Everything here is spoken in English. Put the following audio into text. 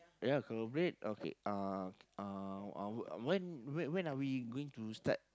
ya collaborate okay uh uh when when are we going to start